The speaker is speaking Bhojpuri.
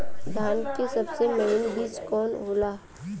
धान के सबसे महीन बिज कवन होला?